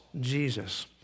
Jesus